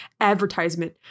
advertisement